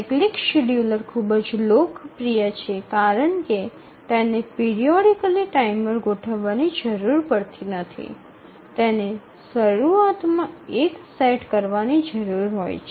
cyclic scheduler ખૂબ જ લોકપ્રિય છે કારણ કે તેને પિરિયોડિકલી ટાઇમર ગોઠવવાની જરૂર પડતી નથી તેને શરૂઆત માં એકવાર સેટ કરવાની જરૂર છે